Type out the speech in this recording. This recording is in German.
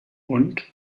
und